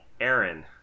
Aaron